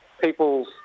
people's